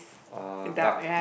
uh duck